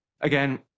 Again